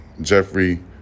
Jeffrey